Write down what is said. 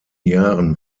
jahren